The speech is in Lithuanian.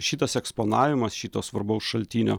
šitas eksponavimas šito svarbaus šaltinio